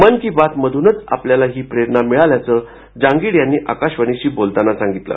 मन की बात मधूच आपल्याला ही प्रेरणा मिळाल्याचं जांगिड यांनी आकाशवाणीशी बोलताना सांगितलं